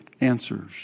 answers